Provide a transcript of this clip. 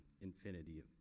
infinity